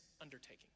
undertaking